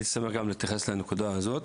הייתי שמח גם להתייחס לנקודה הזאת